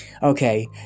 Okay